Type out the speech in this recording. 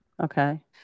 Okay